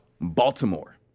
Baltimore